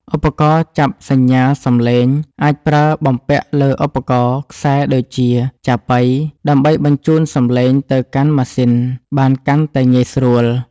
ឧបករណ៍ចាប់សញ្ញាសំឡេង អាចប្រើបំពាក់លើឧបករណ៍ខ្សែដូចជាចាប៉ី ដើម្បីបញ្ជូនសំឡេងទៅកាន់ម៉ាស៊ីនបានកាន់តែងាយស្រួល។